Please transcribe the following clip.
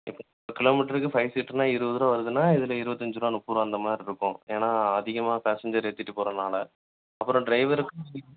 ஒரு கிலோமீட்டருக்கு ஃபை சீட்டரூன்னா இருபதுருரூவா வருதுன்னா இதில் இருபத்தஞ்சிரூவா முப்பதுரூபா அந்தமாதிரி இருக்கும் ஏன்னா அதிகமாக பேசஞ்சர் ஏத்திட்டு போறதுனால அப்புறம் டிரைவருக்கு